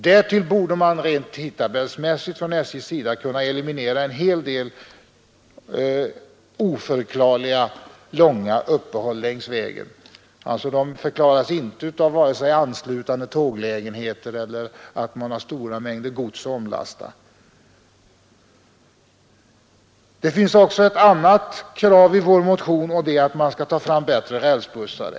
Därtill borde man rent tidtabellsmässigt från SJ:s sida kunna eliminera en hel del oförklarliga, långa uppehåll längs vägen — de förklaras inte av vare sig anslutande tåglägenheter eller av att man har stora mängder gods att omlasta. Det finns också ett annat krav i vår motion, och det är att man skall ta fram bättre rälsbussar.